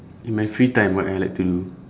in my free time what I like to do